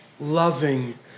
loving